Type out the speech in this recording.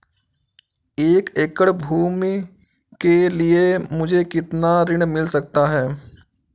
एक एकड़ भूमि के लिए मुझे कितना ऋण मिल सकता है?